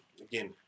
again